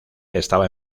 estaba